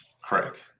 Craig